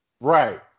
Right